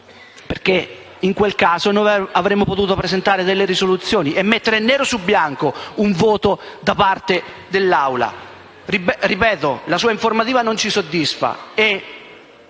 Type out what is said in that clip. in quel caso, avremmo potuto presentare risoluzioni e mettere nero su bianco un voto da parte dell'Assemblea. La sua informativa non ci soddisfa;